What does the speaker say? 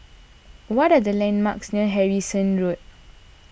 what are the landmarks near Harrison Road